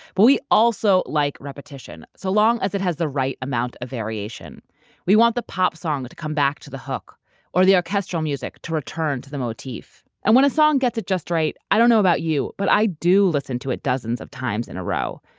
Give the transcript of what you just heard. but we also like repetition so long as it has the right amount of variation we want the pop song to come back to the hook or the orchestral music to return to the motif. and when a song gets it just right, i don't know about you, but i do listen to it dozens of times in a row.